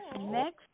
next